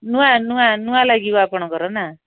ନୂଆ ନୂଆ ନୂଆ ଲାଗିବ ଆପଣଙ୍କର ନା